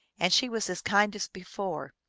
and she was as kind as be fore.